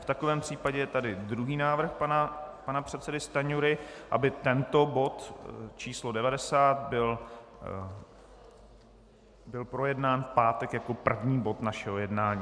V takovém případě je tady druhý návrh pana předsedy Stanjury, aby tento bod číslo 90 byl projednán v pátek jako první bod našeho jednání.